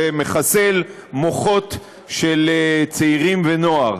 זה מחסל מוחות של צעירים ונוער,